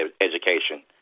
education